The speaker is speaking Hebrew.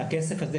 מהכסף הזה,